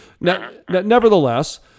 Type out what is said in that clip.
Nevertheless